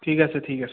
ঠিক আছে ঠিক আছে